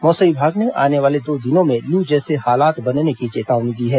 मौसम विभाग ने आने वाले दो दिनों में लू जैसे हालत बनने की चेतावनी दी है